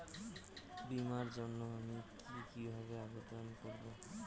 বিমার জন্য আমি কি কিভাবে আবেদন করব?